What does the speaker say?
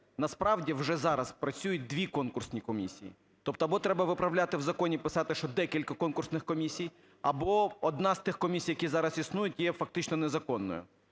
Насправді вже зараз працюють дві конкурсні комісії. Тобто або треба виправляти в законі, писати, що декілька конкурсних комісій; або одна з тих комісій, які зараз існують, є фактично незаконною.